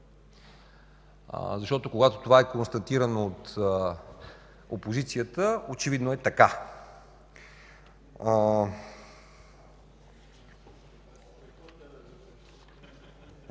Защото когато това е констатирано от опозицията, очевидно е така.